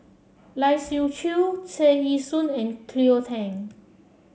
Lai Siu Chiu Tear Ee Soon and Cleo Thang